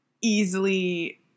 easily